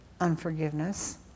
unforgiveness